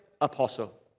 apostle